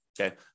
okay